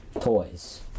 toys